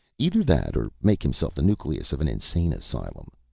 either that or make himself the nucleus of an insane asylum,